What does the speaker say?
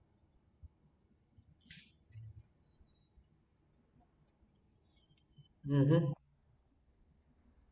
(uh huh)